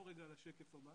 נעבור לשקף הבא